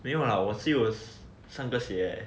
没有 lah 我只有三个鞋 leh